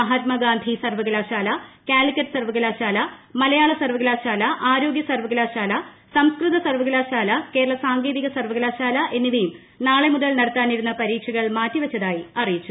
മഹാത്മാർഗാന്ധി സർവ്വകലാശാല കാലിക്കറ്റ് സർവ്വകലാശാല മ്ലിയാ്ള സർവ്വകലാശാല ആരോഗ്യ സർവകലാശാല സംസ്കൃത സർവകലാശാല കേരള സാങ്കേതിക സർവകലാശാല എന്നിവയും നാളെ മുതൽ നടത്താനിരുന്ന പരീക്ഷകൾ മാറ്റിവച്ചതായി അറിയിച്ചു